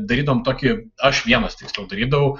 darydavom tokį aš vienas tiksliau darydavau